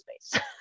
space